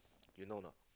you know or not